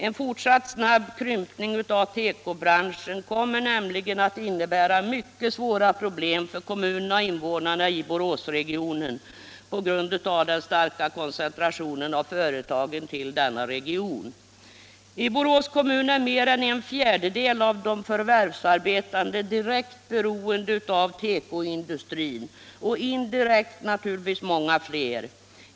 En fortsatt snabb krympning av tekobranschen kommer nämligen att innebära mycket svåra problem för kommunerna och invånarna i Boråsregionen på grund av den starka koncentrationen av företagen till denna region. I Borås kommun är mer än en fjärdedel av de förvärvsarbetande direkt beroende av tekoindustrin och indirekt naturligtvis många fler.